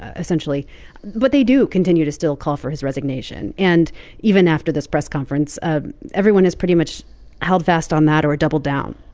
essentially but they do continue to still call for his resignation. and even after this press conference, ah everyone has pretty much held fast on that or doubled down.